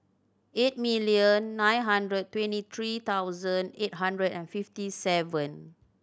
eight million nine hundred twenty three thousand eight hundred and fifty seven